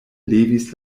levis